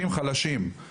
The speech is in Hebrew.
צריך להקשיב למשרד הבריאות.